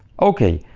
ok,